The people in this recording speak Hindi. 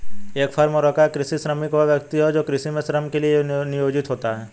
एक फार्म वर्कर या कृषि श्रमिक वह व्यक्ति होता है जो कृषि में श्रम के लिए नियोजित होता है